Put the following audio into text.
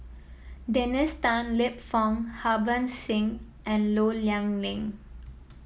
Dennis Tan Lip Fong Harbans Singh and Low Yen Ling